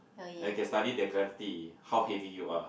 I can study that gravity how heavy you are